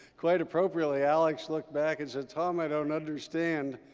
quite appropriately, alex looked back and said, tom, i don't understand.